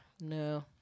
no